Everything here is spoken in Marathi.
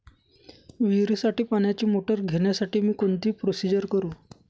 विहिरीसाठी पाण्याची मोटर घेण्यासाठी मी कोणती प्रोसिजर करु?